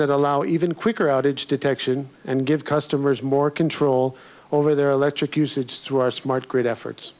that allow even quicker outage detection and give customers more control over their electric usage through our smart grid efforts